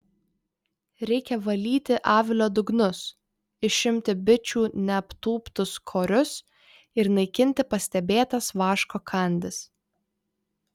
reikia valyti avilio dugnus išimti bičių neaptūptus korius ir naikinti pastebėtas vaško kandis